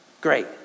Great